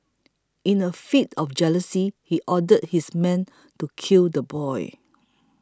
in a fit of jealousy he ordered his men to kill the boy